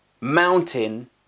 mountain